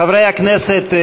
חברי הכנסת,